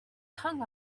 hung